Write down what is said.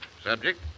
Subject